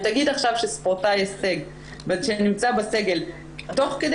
אם תגיד עכשיו שספורטאי הישג נמצא בסגל ותוך כדי